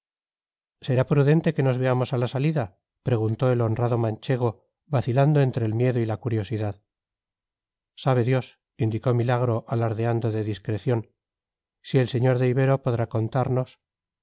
será prudente que nos veamos a la salida preguntó el honrado manchego vacilando entre el miedo y la curiosidad sabe dios indicó milagro alardeando de discreción si el sr de ibero podrá contarnos